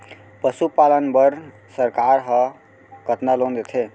पशुपालन बर सरकार ह कतना लोन देथे?